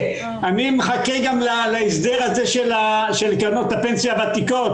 אני מחכה להסדר הזה של קרנות הפנסיה הוותיקות,